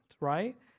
right